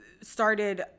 started